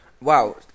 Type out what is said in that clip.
Wow